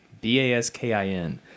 B-A-S-K-I-N